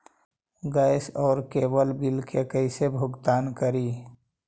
Gas और cable bill के कैसे भुगतान करी?